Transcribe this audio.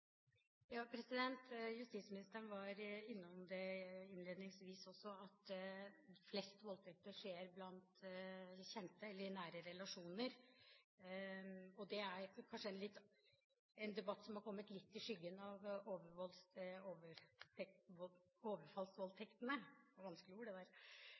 Justisministeren var også innledningsvis innom at flest voldtekter skjer blant kjente eller i nære relasjoner. Det er kanskje en debatt som er kommet litt i skyggen av overfallsvoldtektene, men svaret til justisministeren handlet jo mye om det.